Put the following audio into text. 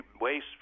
waste